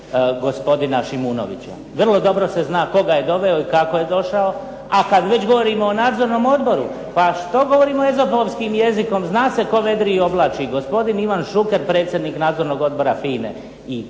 gospodina Šimunovića. Vrlo dobro se zna tko ga je doveo i kako je došao. A kad već govorimo o nadzornom odboru pa što govorimo ezopovskim jezikom, zna se tko vedri i oblači, gospodin Ivan Šuker predsjednik Nadzornog odbora FINA-e.